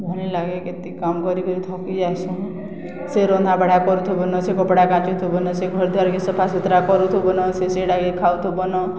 ଭଲ୍ ନି ଲାଗେ କେତେ କାମ୍ କରି କରି ଥକି ଯାଏସୁଁ ସେ ରନ୍ଧା ବଢ଼ା କରୁଥିବନ ସେ କପ୍ଡ଼ା କାଚୁଥିବନ ସେ ଘର ଦୁଆର୍କେ ସଫା ସୁୁତ୍ରା କରୁଥିବନ ସେ ସେଟାକେ ଖାଉଥିବନ